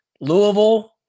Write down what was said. Louisville